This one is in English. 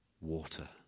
water